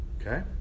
Okay